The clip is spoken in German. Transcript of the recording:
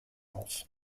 auf